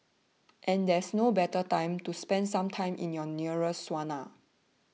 and there is no better time to spend some time in your nearest sauna